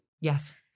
Yes